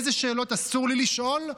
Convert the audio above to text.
איזה שאלות אסור לי לשאול,